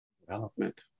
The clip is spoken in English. Development